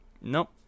Nope